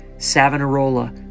Savonarola